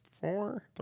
four